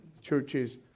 churches